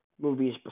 movies